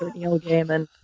neil gaiman.